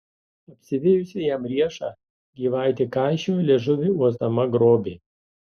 apsivijusi jam riešą gyvatė kaišiojo liežuvį uosdama grobį